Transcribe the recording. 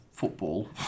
football